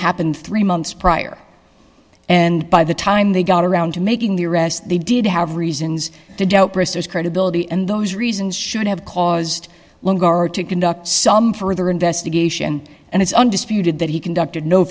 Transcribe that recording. happened three months prior and by the time they got around to making the arrest they did have reasons to doubt credibility and those reasons should have caused longer to conduct some further investigation and it's undisputed that he conducted no